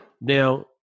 Now